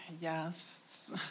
Yes